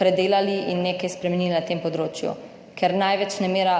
predelali in nekaj spremenili na tem področju, ker največ nemira